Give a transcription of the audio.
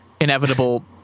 inevitable